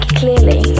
clearly